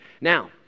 Now